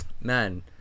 Man